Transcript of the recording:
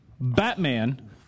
Batman